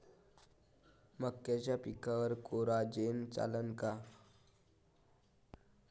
मक्याच्या पिकावर कोराजेन चालन का?